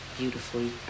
beautifully